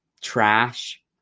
trash